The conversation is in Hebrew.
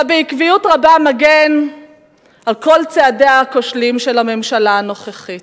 אתה בעקביות רבה מגן על כל צעדיה הכושלים של הממשלה הנוכחית,